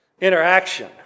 interaction